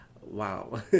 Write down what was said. wow